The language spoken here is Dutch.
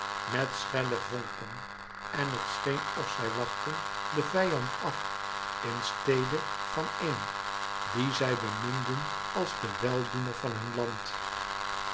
met schelle vonken en het scheen of zij wachtten den vijand af in stede van een dien zij beminden als de weldoener van hun land